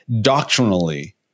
doctrinally